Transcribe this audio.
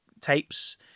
tapes